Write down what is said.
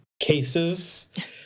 cases